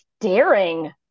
daring